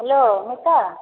hello Mita